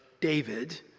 David